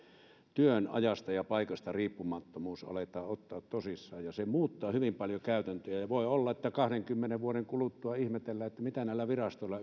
työn ajasta ja paikasta riippumattomuus aletaan ottaa tosissaan ja se muuttaa hyvin paljon käytäntöjä ja voi olla että kahdenkymmenen vuoden kuluttua ihmetellään mitä näillä virastoilla